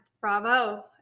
Bravo